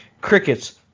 Crickets